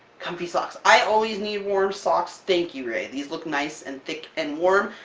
comfy socks! i always need warm socks, thank you rae! these look nice, and thick, and warm,